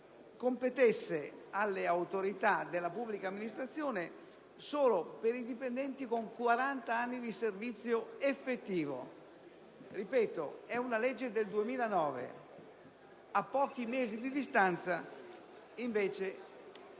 competesse alle autorità della pubblica amministrazione solo per i dipendenti con 40 anni di servizio effettivo. Ripeto, è una legge del 2009. A pochi mesi di distanza, si